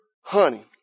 honey